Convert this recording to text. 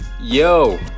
Yo